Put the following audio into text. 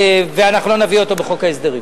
ואנחנו לא נביא אותו בחוק ההסדרים.